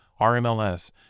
RMLS